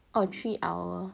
orh three hour